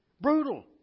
Brutal